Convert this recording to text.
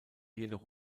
jedoch